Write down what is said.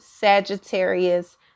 Sagittarius